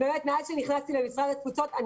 מאז שנכנסתי למשרד התפוצות,